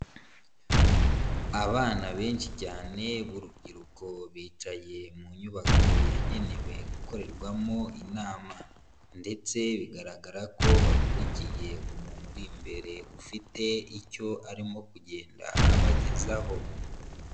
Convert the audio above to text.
Abana benshi cyane b'urubyiruko bicaye mu nyubako yagenewe gukorerwamo inama ndetse bigaragara ko bakurikiye umuntu uri imbere ufite icyo arimo kugenda abagezaho.